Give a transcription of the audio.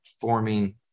forming